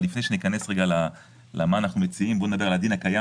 אבל לפני שניכנס למה שאנחנו מציעים נדבר על הדין הקיים